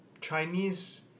Chinese